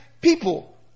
people